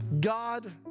God